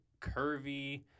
curvy